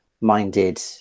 minded